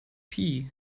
tea